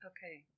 Okay